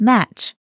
Match